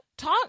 Talk